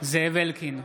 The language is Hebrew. זאב אלקין,